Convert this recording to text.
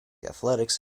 athletics